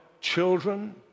children